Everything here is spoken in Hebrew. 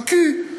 חכי.